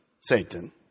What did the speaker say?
satan